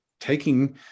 taking